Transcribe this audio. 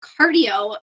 cardio